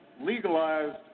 legalized